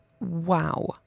Wow